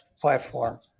platform